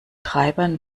treibern